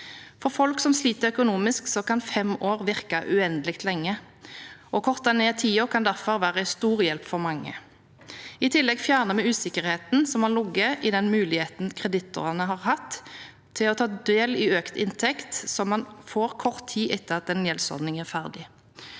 For folk som sliter økonomisk, kan fem år virke uendelig lenge. Å korte ned tiden kan derfor være en stor hjelp for mange. I tillegg fjerner vi usikkerheten som har ligget i den muligheten kreditorene har hatt til å ta del i økt inntekt som man får kort tid etter at en gjeldsordning er ferdig.